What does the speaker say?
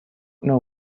know